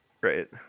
Right